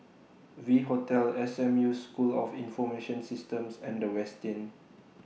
V Hotel S M U School of Information Systems and The Westin